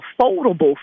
foldable